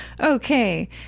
Okay